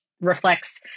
reflects